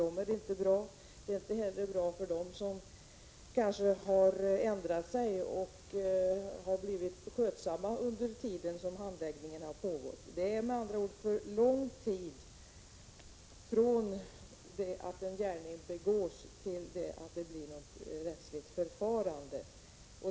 Det är inte heller bra för dem som kanske har ändrat sig och blivit skötsamma under tiden som handläggningen har pågått. Det går med andra ord för lång tid från det att en gärning begås till dess att det blir ett rättsligt förfarande.